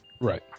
Right